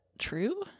true